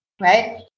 right